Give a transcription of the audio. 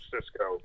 Cisco